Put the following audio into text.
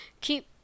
keep